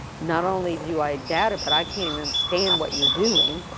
not only do i doubt it but i can't even understand what you're doing?